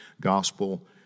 gospel